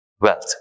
wealth